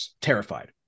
terrified